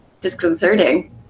disconcerting